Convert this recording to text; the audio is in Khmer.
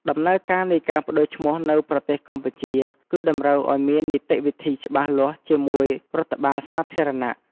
ដំណើរការនៃការប្ដូរឈ្មោះនៅប្រទេសកម្ពុជា គឺតម្រូវឲ្យមាននីតិវិធីច្បាស់លាស់ជាមួយរដ្ឋបាលសាធារណៈ។